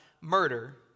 murder